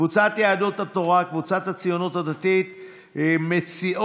קבוצת סיעת יהדות התורה וקבוצת סיעת הציונות הדתית מציעות